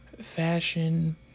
fashion